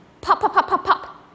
pop-pop-pop-pop-pop